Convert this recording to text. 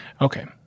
Okay